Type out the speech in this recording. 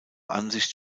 ansicht